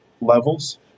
levels